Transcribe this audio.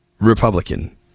Republican